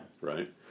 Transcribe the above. Right